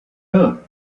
vote